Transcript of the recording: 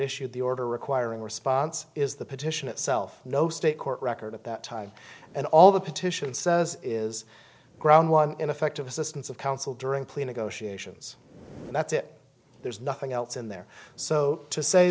issued the order requiring a response is the petition itself no state court record at that time and all the petition says is ground one ineffective assistance of counsel during plea negotiations and that's it there's nothing else in there so to say